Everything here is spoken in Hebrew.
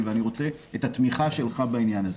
ואני רוצה את התמיכה שלך בעניין הזה